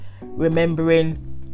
remembering